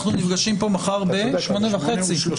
אנחנו נפגשים פה מחר בשעה 08:30 להצבעות.